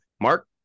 Mark